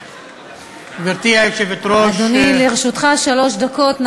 גברתי היושבת-ראש, אדוני, לרשותך שלוש דקות.